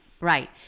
Right